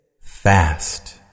Fast